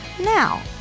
now